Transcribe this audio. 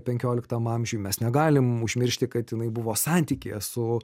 penkioliktam amžiuj mes negalim užmiršti kad jinai buvo santykyje su